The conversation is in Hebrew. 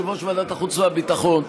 יושב-ראש ועדת החוץ והביטחון,